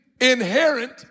inherent